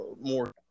more